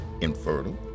infertile